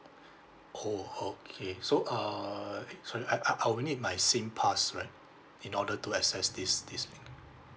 oh okay so uh eh sorry so I I would need my singpass right in order to access this this thing